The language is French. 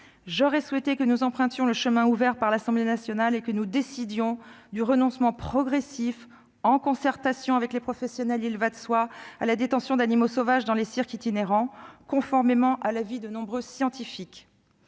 j'aurais souhaité que nous empruntions le chemin ouvert par l'Assemblée nationale et que nous décidions du renoncement progressif- en concertation avec les professionnels, cela va de soi -à la détention d'animaux sauvages dans les cirques itinérants, conformément à l'avis de nombreux scientifiques.